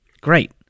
Great